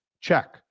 Check